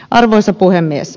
arvoisa puhemies